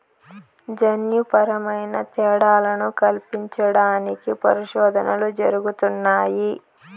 జన్యుపరమైన తేడాలను కల్పించడానికి పరిశోధనలు జరుగుతున్నాయి